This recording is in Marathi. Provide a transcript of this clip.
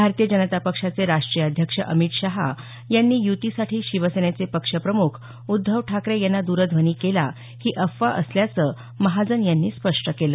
भारतीय जनता पक्षाचे राष्ट्रीय अध्यक्ष अमित शहा यांनी य्तीसाठी शिवसेनेचे पक्षप्रम्ख उद्धव ठाकरे यांना द्रध्वनी केला ही अफवा असल्याचं महाजन यांनी स्पष्ट केलं